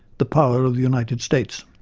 the power of the united states.